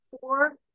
four